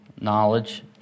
knowledge